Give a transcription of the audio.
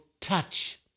touch